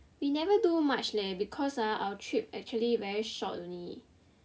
we never do much leh because ah our trip actually very short only